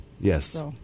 Yes